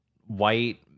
white